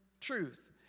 truth